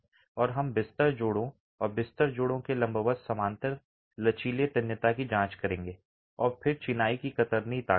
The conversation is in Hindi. और हम बिस्तर जोड़ों और बिस्तर जोड़ों के लंबवत समानांतर समानांतर लचीले तन्यता की जांच करेंगे और फिर चिनाई की कतरनी ताकत